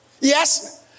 Yes